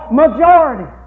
majority